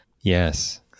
Yes